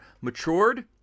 matured